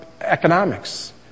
economics